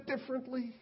differently